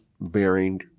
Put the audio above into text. bearing